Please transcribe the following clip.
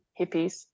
hippies